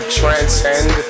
transcend